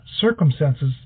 circumstances